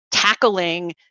Tackling